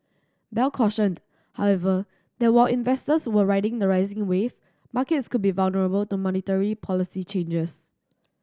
bell cautioned however that while investors were riding the rising wave markets could be vulnerable to monetary policy changes